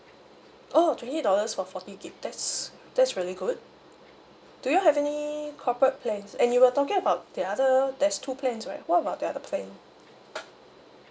oh twenty dollars for forty gig that's that's really good do you all have any corporate plans and you were talking about the other there's two plans right what about the other plan